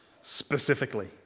specifically